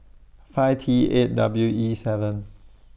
five T eight W E seven